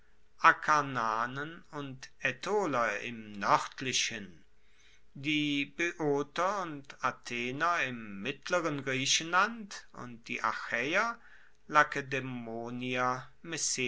akarnanen und aetoler im noerdlichen die boeoter und athener im mittleren griechenland und die achaeer